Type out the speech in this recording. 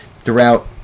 Throughout